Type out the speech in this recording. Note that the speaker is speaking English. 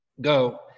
Go